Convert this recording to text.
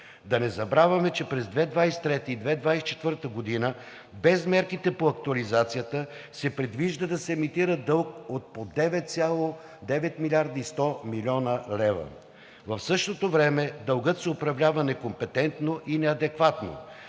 Да не забравяме, че през 2023 г. и 2024 г., без мерките по актуализацията, се предвижда да се емитира дълг от по 9 млрд. и 100 млн. лв. В същото време дългът се управлява некомпетентно и неадекватно.